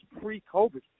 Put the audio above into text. pre-COVID